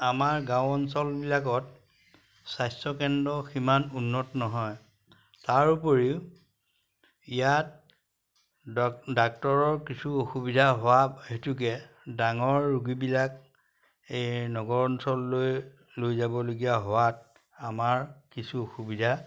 আমাৰ গাঁও অঞ্চলবিলাকত স্বাস্থ্যকেন্দ্ৰ সিমান উন্নত নহয় তাৰ উপৰিও ইয়াত ডাক্তৰৰ কিছু অসুবিধা হোৱা হেতুকে ডাঙৰ ৰোগীবিলাক এই নগৰ অঞ্চললৈ লৈ যাবলগীয়া হোৱাত আমাৰ কিছু অসুবিধা